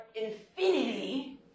infinity